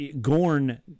Gorn